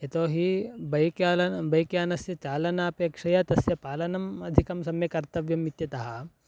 यतोहि बैक्यानं बैक्यानस्य चालनापेक्षया तस्य पालनम् अधिकं सम्यक् कर्तव्यम् इत्यतः